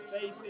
Faith